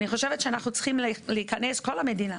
כל המדינה